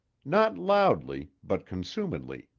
not loudly but consumedly.